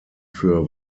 für